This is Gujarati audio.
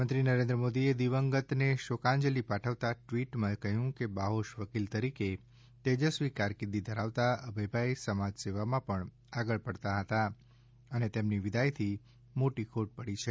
પ્રધાનમંત્રી નરેન્દ્ર મોદી એ દિવંગત ને શોકાંજલી પાઠવતા ટ્વિટ માં કહ્યું છે કે બાહોશ વકીલ તરીકે તેજસ્વી કારકિર્દી ધરાવતા અભયભાઇ સમાજ સેવા માં પણ આગળ પડતાં હતા અને તેમની વિદાય થી મોટી ખોટ પડી છે